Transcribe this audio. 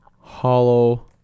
hollow